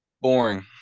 Boring